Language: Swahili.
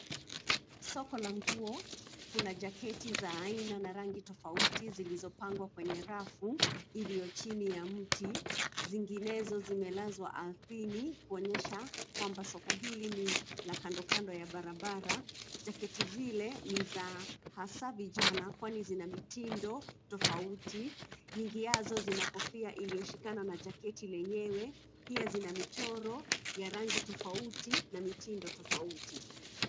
Soko la nguo, kuna jaketi za aina na rangi tofauti zilizopangwa kwenye rafu iliyo chini ya mti, zinginezo zimelazwa ardhini kuonyesha kwamba soko hili ni la kando kando ya barabara. Jaketi zile ni za hasa vijana kwani zina mitindo tofauti nyingiazo zina kofia iliyo shikana na jaketi lenyewe, pia zina michoro ya rangi tofauti na mitindo tofauti.